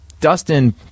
Dustin